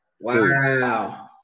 wow